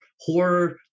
horror